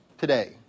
today